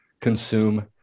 consume